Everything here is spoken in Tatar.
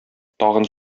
тагын